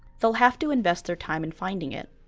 they'll have to invest their time in finding it.